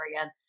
again